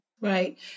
Right